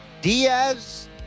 Diaz